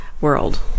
world